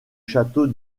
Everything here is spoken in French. château